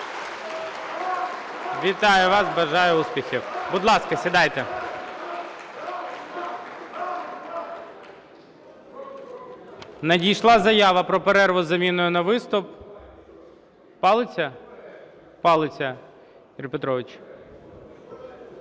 Вітаю вас! Бажаю успіхів! Будь ласка, сідайте. Надійшла заява про перерву із заміною на виступ. Палиця? Палиця Ігор Петрович.